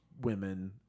women